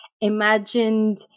imagined